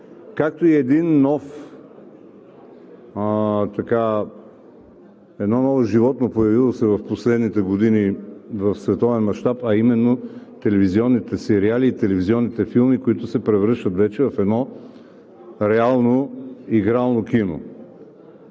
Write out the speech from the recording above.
както и едно ново животно, появило се в последните години в световен мащаб, а именно телевизионните сериали и телевизионните филми, които се превръщат вече в реално игрално кино.